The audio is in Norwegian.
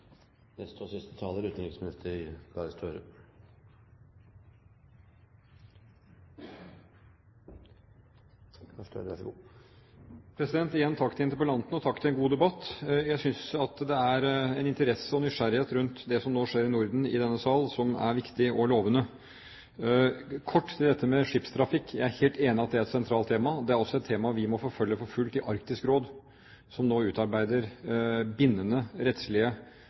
Igjen takk til interpellanten og takk for en god debatt. Jeg synes det er en interesse og en nysgjerrighet rundt det som nå skjer i Norden, i denne sal, som er viktig og lovende. Kort til dette med skipstrafikk: Jeg er helt enig i at det er et sentralt tema. Det er også et tema vi må forfølge for fullt i Arktisk Råd, som nå utarbeider bindende rettslige